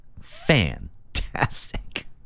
fantastic